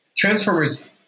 Transformers